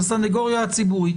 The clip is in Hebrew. לסנגוריה הציבורית